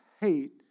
hate